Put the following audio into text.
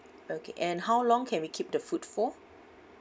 okay and how long can we keep the food for